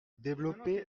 développer